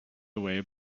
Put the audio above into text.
away